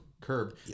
curb